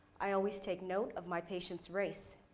i always take note of my patient's race,